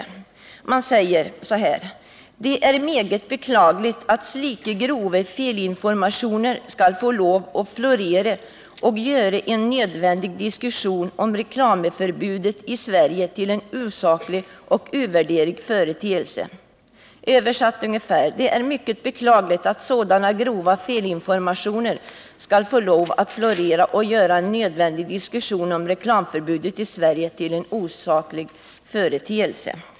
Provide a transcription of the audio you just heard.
I brevet framhålls bl.a.: ”Det er meget beklagelig at slike grove feilinformasjoner skal få lov å florere og gjore en nodvendig diskusjon om reklameforbudet i Sverige til en usaklig og uverdig foreteelse.” I översättning innebär detta ungefär: Det är mycket beklagligt att sådana grova felinformationer skall få lov att florera och göra en nödvändig diskussion om reklamförbudet i Sverige till en osaklig och ovärdig företeelse.